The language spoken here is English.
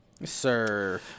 Sir